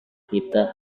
kita